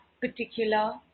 particular